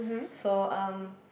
so um